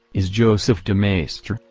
is josef de maistre,